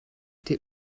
der